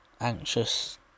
anxious